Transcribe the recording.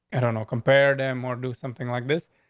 i don't know, compare them or do something like this.